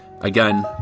again